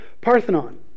Parthenon